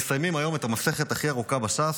מסיימים היום את המסכת הכי ארוכה בש"ס,